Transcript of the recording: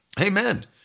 Amen